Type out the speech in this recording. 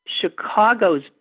Chicago's